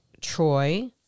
Troy